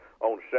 on